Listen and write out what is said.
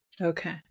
Okay